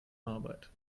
arbeit